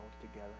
together